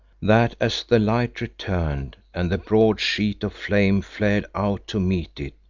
that as the light returned and the broad sheet of flame flared out to meet it,